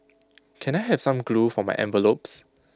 can I have some glue for my envelopes